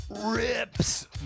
rips